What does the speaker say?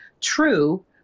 True